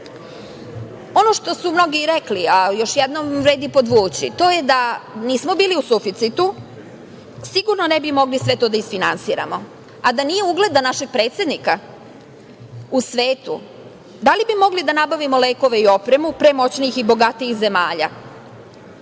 što su mnogi rekli, a još jednom vredi podvući, da nismo bili u suficitu sigurno ne bi mogli sve to da isfinansiramo, a da nije ugleda našeg predsednika u svetu, da li bi mogli da nabavimo lekove i opremu pre moćnijih i bogatijih zemalja.